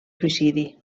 suïcidi